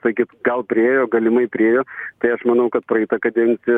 sakyt gal priėjo galimai priėjo tai aš manau kad praeita kadencija